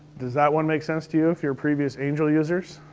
does that one make sense to you if you're previous angel users?